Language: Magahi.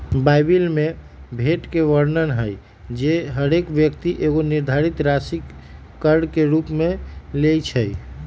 बाइबिल में भोट के वर्णन हइ जे हरेक व्यक्ति एगो निर्धारित राशि कर के रूप में लेँइ छइ